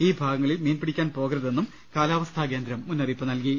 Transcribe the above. ഈ ഭാഗങ്ങളിൽ മീൻ പിടിക്കാൻ പോകരുതെന്നും കാലാവസ്ഥാകേന്ദ്രം മുന്നറിയിപ്പ് നൽകി